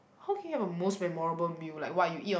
how can you have a most memorable meal like !wah! you eat